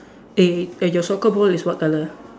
eh and your soccer ball is what colour